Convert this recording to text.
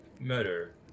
murder